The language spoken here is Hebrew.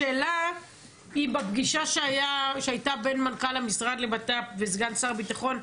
השאלה אם בפגישה שהייתה בין מנכ"ל המשרד לבט"פ וסגן שר הביטחון,